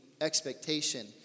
expectation